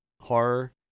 horror